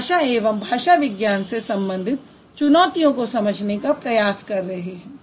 हम भाषा एवं भाषा विज्ञान से संबंधित चुनौतियों को समझने का प्रयास कर रहे हैं